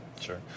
Sure